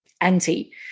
anti